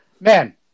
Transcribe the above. Man